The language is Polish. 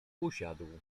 usiadł